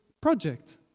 project